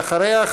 ואחריה,